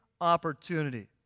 opportunity